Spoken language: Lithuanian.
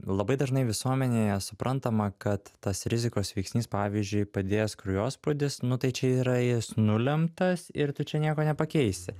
labai dažnai visuomenėje suprantama kad tas rizikos veiksnys pavyzdžiui padidėjęs kraujospūdis nu tai čia yra jis nulemtas ir tu čia nieko nepakeisi